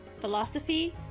philosophy